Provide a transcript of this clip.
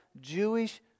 Jewish